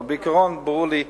אבל בעיקרון ברור לי,